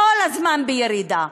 כל הזמן בירידה.